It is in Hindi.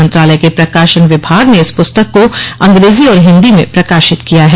मंत्रालय के प्रकाशन विभाग ने इस पुस्तक को अंग्रेजी और हिन्दी में प्रकाशित किया है